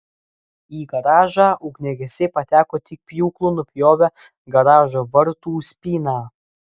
į garažą ugniagesiai pateko tik pjūklu nupjovę garažo vartų spyną